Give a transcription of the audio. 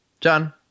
John